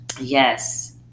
Yes